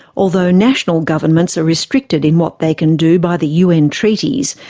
although national governments are restricted in what they can do by the un treaties,